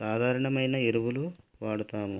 సాధారణమైన ఎరువులు వాడుతాము